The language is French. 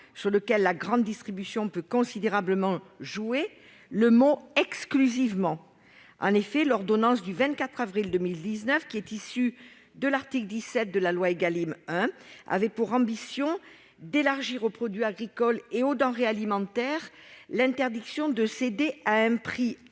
sur lequel la grande distribution peut considérablement jouer, le mot « exclusivement ». En effet, l'ordonnance du 24 avril 2019, issue de l'article 17 de la loi Égalim 1, avait pour ambition d'élargir aux produits agricoles et aux denrées alimentaires l'interdiction de céder à un prix